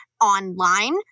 online